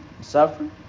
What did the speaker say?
suffering